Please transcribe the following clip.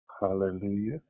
Hallelujah